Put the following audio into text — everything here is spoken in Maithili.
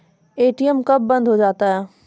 ए.टी.एम कब बंद हो जाता हैं?